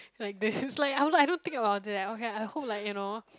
like this it's like I won't I don't think about that okay I hope like you know